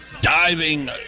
Diving